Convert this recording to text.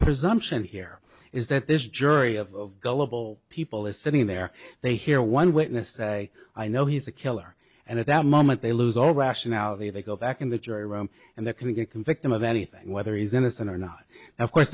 presumption here is that this jury of gullible people is sitting there they hear one witness say i know he's a killer and at that moment they lose all rationality they go back in the jury room and they're going to get convict him of anything whether he is innocent or not of course